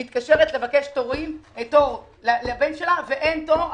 היא התקשרה לבקש תור לבן שלה ואין תור,